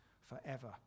forever